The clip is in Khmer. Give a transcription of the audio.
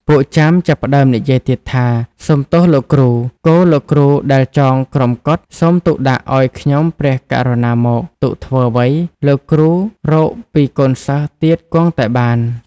ពួកចាមចាប់ផ្ដើមនិយាយទៀតថា "សុំទោសលោកគ្រូ! គោលោកគ្រូដែលចងក្រោមកុដិ សូមទុកដាក់ឲ្យខ្ញុំព្រះករុណាមក! ទុកធ្វើអ្វី? លោកគ្រូរកពីកូនសិស្សទៀតគង់តែបាន។